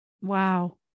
Wow